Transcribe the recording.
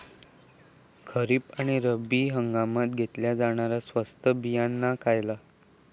खरीप आणि रब्बी हंगामात घेतला जाणारा स्वस्त बियाणा खयला?